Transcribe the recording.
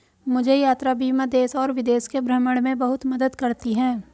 मुझे यात्रा बीमा देश और विदेश के भ्रमण में बहुत मदद करती है